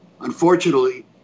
unfortunately